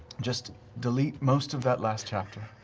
just delete most of that last chapter